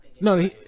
No